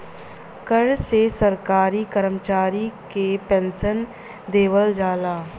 कर से सरकारी करमचारी के पेन्सन देवल जाला